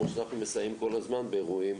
כמו שאנחנו מסייעים כל הזמן באירועים,